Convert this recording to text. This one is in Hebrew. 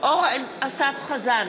אורן אסף חזן,